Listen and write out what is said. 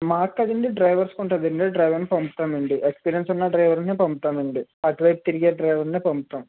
మా కాడ అండి డ్రైవర్స్కి ఉంటుందండి డ్రైవర్ని పంపుతాము అండి ఎక్స్పీరియన్స్ ఉన్న డ్రైవర్ని పంపుతాము అండి అటువైపు తిరిగే డ్రైవర్నే పంపుతాము